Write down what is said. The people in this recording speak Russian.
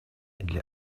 для